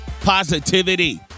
positivity